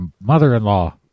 mother-in-law